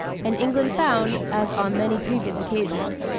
and england found, as on many previous occasions,